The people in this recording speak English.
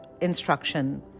instruction